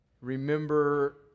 Remember